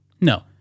no